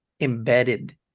embedded